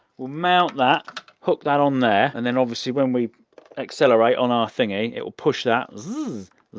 we'll mount that, hook that on there and then obviously when we accelerate on our thingy, it will push that.